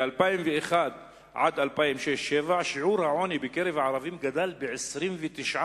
ב-2001 עד 2006 2007 שיעור העוני בקרב הערבים גדל ב-29%,